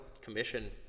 commission